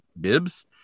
bibs